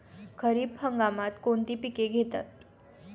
खरीप हंगामात कोणती पिके घेतात?